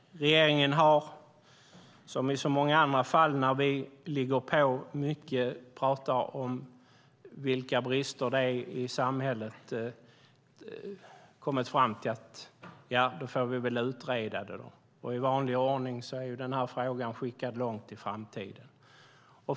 Regeringen har, som i så många andra fall när vi ligger på om brister i samhället, kommit fram till att frågan måste utredas. I vanlig ordning är frågan skickad långt i framtiden.